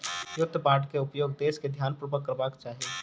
युद्ध बांड के उपयोग देस के ध्यानपूर्वक करबाक चाही